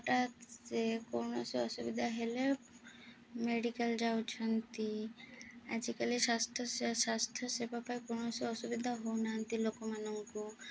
ହଠାତ୍ ସେ କୌଣସି ଅସୁବିଧା ହେଲେ ମେଡ଼ିକାଲ୍ ଯାଉଛନ୍ତି ଆଜିକାଲି ସ୍ୱାସ୍ଥ୍ୟ ସ୍ୱାସ୍ଥ୍ୟ ସେବା ପାଇଁ କୌଣସି ଅସୁବିଧା ହେଉନାହାନ୍ତି ଲୋକମାନଙ୍କୁ